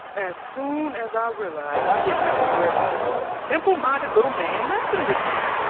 as soon as i realized i didn't have to worry about some simple-minded little man messing with me.